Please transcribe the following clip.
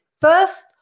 first